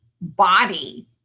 body